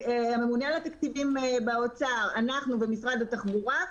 הממונה על התקציבים באוצר, אנחנו ומשרד התחבורה.